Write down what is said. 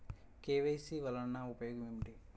KYC వలన ఉపయోగం ఏమిటీ?